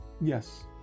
Yes